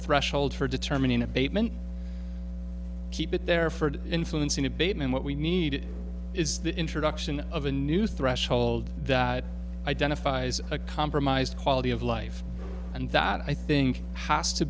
threshold for determining abatement keep it there for influencing abatement what we needed is the introduction of a new threshold that identifies a compromised quality of life and that i think has to